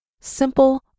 simple